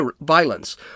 violence